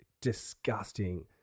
Disgusting